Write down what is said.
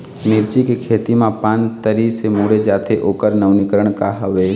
मिर्ची के खेती मा पान तरी से मुड़े जाथे ओकर नवीनीकरण का हवे?